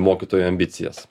mokytojų ambicijas